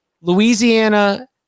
Louisiana